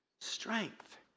strength